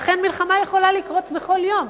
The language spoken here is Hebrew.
לכן, מלחמה יכולה לקרות בכל יום.